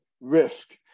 risk